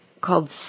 called